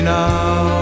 now